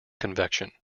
convection